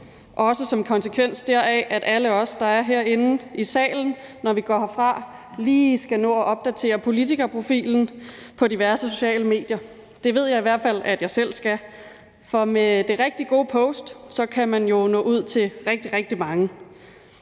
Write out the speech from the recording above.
på grund af det, at alle os, der er herinde i salen, når vi går herfra, lige skal nå at opdatere politikerprofilen på diverse sociale medier. Det ved jeg i hvert fald at jeg selv skal, for med den rigtig gode post kan man jo nå ud til rigtig, rigtig mange.